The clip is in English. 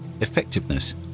effectiveness